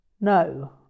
No